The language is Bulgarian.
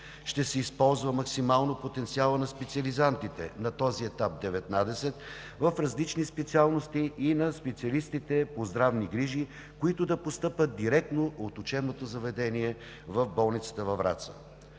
ще се използва максимално потенциалът на специализантите – на този етап 19, в различните специалности и на специалистите по здравни грижи, които да постъпят директно от учебното заведение в болницата във